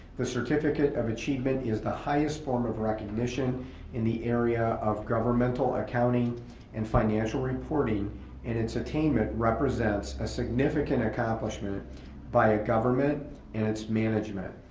the certificate of achievement is the highest form of recognition recognition in the area of governmental accounting and financial reporting and its attainment represents a significant accomplishment by a government and its management,